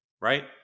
right